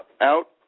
out